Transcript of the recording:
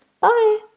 Bye